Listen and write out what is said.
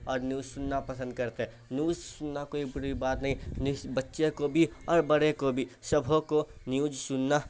اور نیوز سننا پسند کرتے ہیں نیوز سننا کوئی بری بات نہیں نیوز بچے کو بھی اور بڑے کو بھی سبھوں کو نیوج سننا